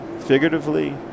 figuratively